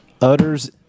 utters